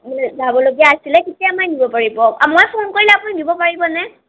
যাবলগীয়া আছিল কেতিয়া মানে দিব পাৰিব আৰু মই ফোন কৰিলে আপুনি দিব পাৰিব নে